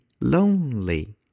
lonely